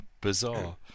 Bizarre